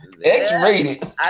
x-rated